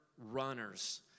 runners